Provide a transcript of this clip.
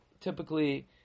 typically